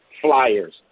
flyers